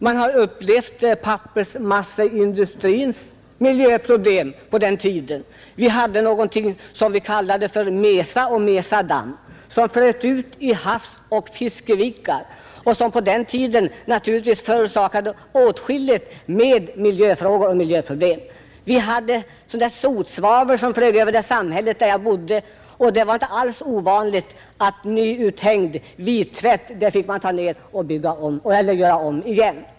Och den som känner pappersmasseindustrins miljöproblem på den tiden vet att vi hade något som vi kallade för mesadamm som flöt ut i havet, i fiskevikarna, och förorsakade åtskilligt med miljöproblem. Vi hade sotsvavel som flög över det samhälle där jag bodde, och det var inte ovanligt att nyuthängd vittvätt fick tas ner för att tvättas om.